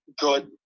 good